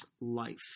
life